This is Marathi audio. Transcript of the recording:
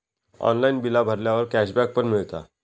ऑनलाइन बिला भरल्यावर कॅशबॅक पण मिळता